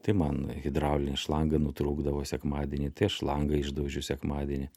tai man hidraulinė šlanga nutrūkdavo sekmadienį tai aš langą išdaužiu sekmadienį